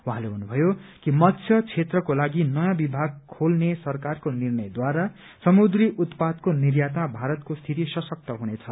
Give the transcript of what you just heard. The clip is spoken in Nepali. उहाँले भन्नुभयो कि मत्स्य क्षेत्रको लागि नयाँ विभाग खोल्ने सरकारको निर्णयद्वारा समुद्री उत्पादको निर्यातमा भारतको स्थिति सशक्त हुनेछ